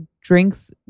drinks